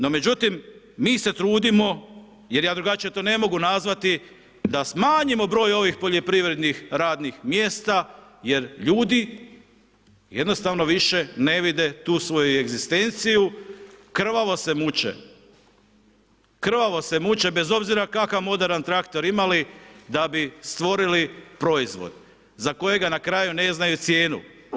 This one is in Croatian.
No međutim, mi se trudimo jer ja drugačije to ne mogu nazvati da smanjimo broj ovih poljoprivrednih radnih mjesta jer ljudi jednostavno više ne vide tu svoju egzistenciju, krvavo se muče, bez obzira kakav moderan traktor imali da bi stvorili proizvod za kojega na kraju ne znaju cijenu.